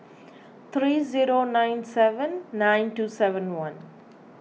three zero nine seven nine two seven one